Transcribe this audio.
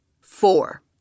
Four